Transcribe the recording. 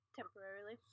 temporarily